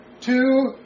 Two